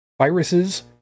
viruses